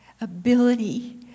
ability